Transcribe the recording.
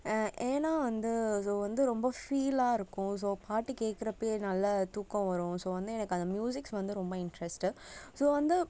ஏன்னால் வந்து ஸோ வந்து ரொம்ப ஃபீலாக இருக்கும் ஸோ பாட்டு கேட்க்குறப்பயே நல்லா தூக்கம் வரும் ஸோ வந்து எனக்கு அந்த ம்யூசிக்ஸ் வந்து ரொம்ப இன்ட்ரஸ்ட்டு ஸோ வந்து